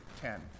ten